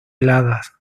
heladas